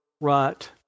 right